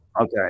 Okay